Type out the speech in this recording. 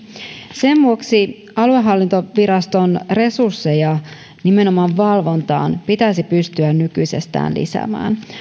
sen vuoksi aluehallintoviraston resursseja nimenomaan valvontaan pitäisi pystyä nykyisestään lisäämään